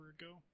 ago